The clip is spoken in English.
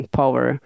power